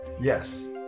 Yes